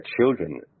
children